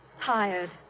Tired